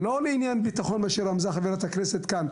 לא לעניין ביטחון, מה שרמזה חברת הכנסת כאן.